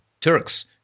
Turks